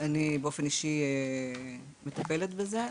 -- ואני באופן אישי מטפלת בזה,